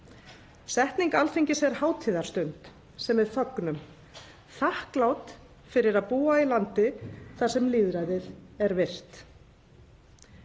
Setning Alþingis er hátíðarstund, sem við fögnum, þakklát fyrir að búa í landi þar sem lýðræðið er virt.